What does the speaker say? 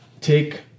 take